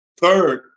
Third